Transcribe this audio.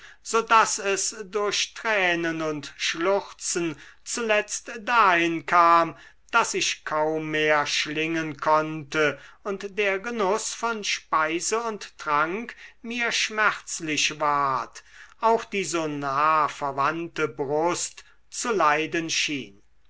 so daß es durch tränen und schluchzen zuletzt dahin kam daß ich kaum mehr schlingen konnte und der genuß von speise und trank mir schmerzlich ward auch die so nah verwandte brust zu leiden schien